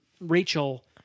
Rachel